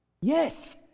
Yes